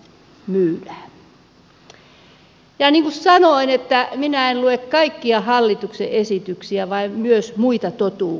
ja niin kuin sanoin minä en lue kaikkia hallituksen esityksiä vaan myös muita totuuksia